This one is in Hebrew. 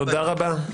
תודה רבה, תודה רבה.